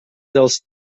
dels